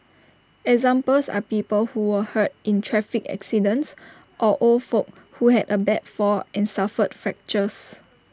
examples are people who were hurt in traffic accidents or old folk who had A bad fall and suffered fractures